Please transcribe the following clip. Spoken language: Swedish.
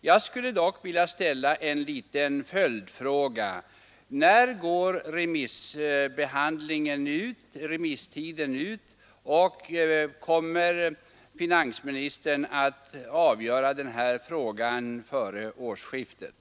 Jag skulle dock vilja ställa en följdfråga: När går remisstiden ut och kommer finansministern att avgöra frågan före årsskiftet?